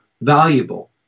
valuable